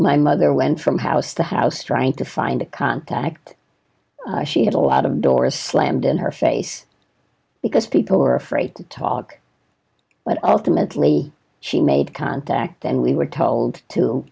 my mother went from house to house trying to find a contact she had a lot of doors slammed in her face because people were afraid to talk but ultimately she made contact and we were told to